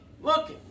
look